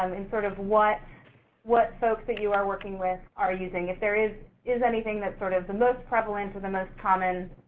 um and sort of, what what folks that you are working with are using, if there is is anything that's, sort of, the most prevalent or the most common.